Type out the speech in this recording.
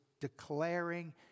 declaring